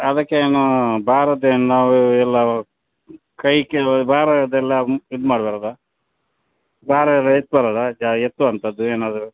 ಅದಕ್ಕೇನೂ ಬಾರದು ಏನು ನಾವು ಎಲ್ಲ ಕೈ ಕೆಲವು ಬಾರದ್ದೆಲ್ಲ ಇದು ಮಾಡಬಾರ್ದ ಭಾರ ಎಲ್ಲ ಎತ್ತಬಾರ್ದ ಜ ಎತ್ತುವಂಥದ್ದು ಏನಾದರು